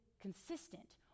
consistent